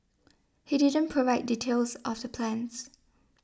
he didn't provide details of the plans